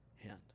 hand